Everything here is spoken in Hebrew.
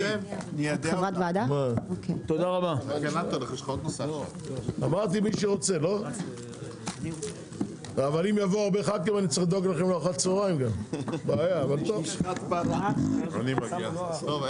הישיבה ננעלה בשעה 14:42.